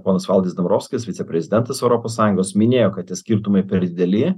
ponas valdis dambrovskis viceprezidentas europos sąjungos minėjo kad tie skirtumai per dideli